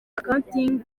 accounting